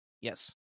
Yes